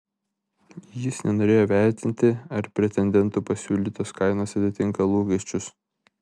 jis nenorėjo vertinti ar pretendentų pasiūlytos kainos atitinka lūkesčius